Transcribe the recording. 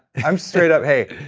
i'm straight up. hey,